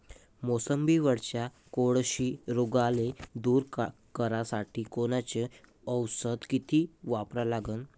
मोसंबीवरच्या कोळशी रोगाले दूर करासाठी कोनचं औषध किती वापरा लागन?